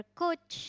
coach